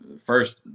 first